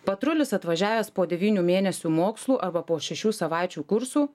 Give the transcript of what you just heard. patrulis atvažiavęs po devynių mėnesių mokslų arba po šešių savaičių kursų